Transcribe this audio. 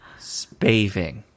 Spaving